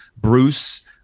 Bruce